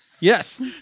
Yes